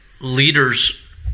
leaders